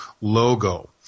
logo